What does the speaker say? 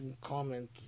comment